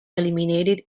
eliminated